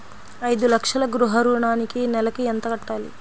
ఐదు లక్షల గృహ ఋణానికి నెలకి ఎంత కట్టాలి?